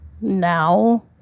now